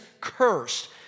cursed